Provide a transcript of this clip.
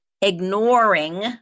ignoring